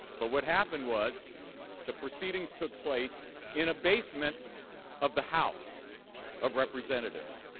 but what happened was the proceedings took place in a basement of the house of representatives.